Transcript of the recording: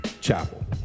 Chapel